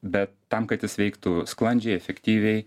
bet tam kad jis veiktų sklandžiai efektyviai